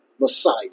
Messiah